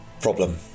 problem